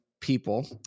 people